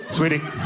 Sweetie